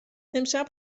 امشب